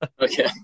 Okay